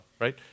right